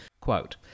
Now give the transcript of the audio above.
Quote